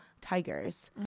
tigers